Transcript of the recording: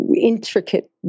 intricate